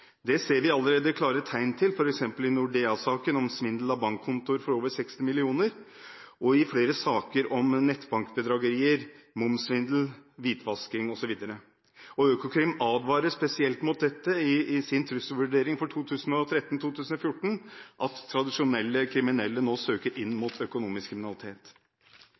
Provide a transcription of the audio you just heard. ser vi allerede klare tegn til, f.eks. i Nordea-saken, om svindel av bankkontoer for over 60 mill. kr, og i flere saker om nettbankbedragerier, momssvindel, hvitvasking osv. Økokrim advarer spesielt mot dette i sin trusselvurdering for 2013–2014, at tradisjonelle kriminelle nå søker inn mot økonomisk kriminalitet.